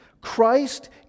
Christ